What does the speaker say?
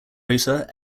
rotor